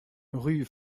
rue